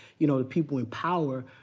you know the people in power,